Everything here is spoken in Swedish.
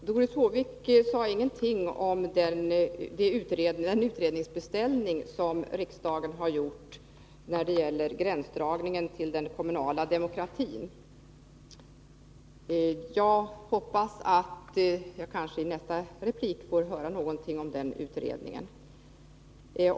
Herr talman! Doris Håvik sade ingenting om den utredningsbeställning som riksdagen har gjort när det gäller gränsdragningen för den kommunala demokratin. Jag hoppas att jag i kommande replik får höra någonting om den utredningen.